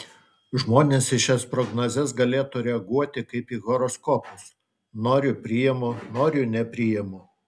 žmonės į šias prognozes galėtų reaguoti kaip į horoskopus noriu priimu noriu nepriimu